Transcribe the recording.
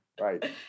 Right